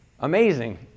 Amazing